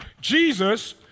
Jesus